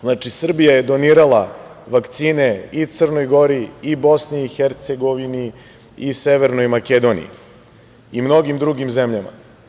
Znači, Srbija je donirala vakcine i Crnoj Gori i BiH i Severnoj Makedoniji i mnogim drugim zemljama.